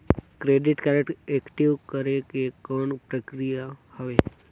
Credit card active करे के कौन प्रक्रिया हवे?